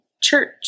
church